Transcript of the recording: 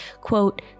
quote